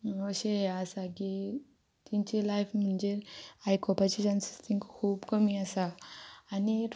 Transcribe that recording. अशें हे आसा की तेंचे लायफ म्हणजे आयकोपाचे चान्सीस तेंकां खूब कमी आसा आनी